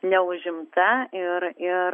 neužimta ir ir